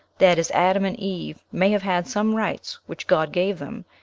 that is, adam and eve may have had some rights which god gave them,